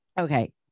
Okay